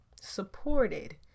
supported